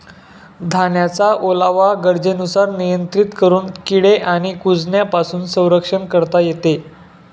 धान्याचा ओलावा गरजेनुसार नियंत्रित करून किडे आणि कुजण्यापासून संरक्षण करता येते